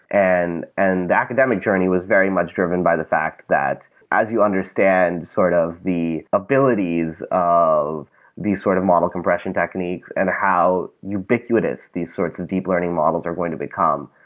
and and the academic journey was very much driven by the fact that as you understand sort of the abilities of these sort of model compression techniques and how ubiquitous these sorts of deep learning models are going to become,